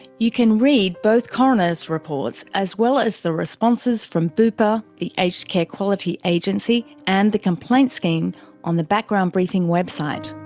you can read both coroners' reports, as well as responses from bupa, the aged care quality agency and the complaints scheme on the background briefing website.